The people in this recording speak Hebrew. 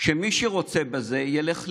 שמי שרוצה בזה ילך ללמוד,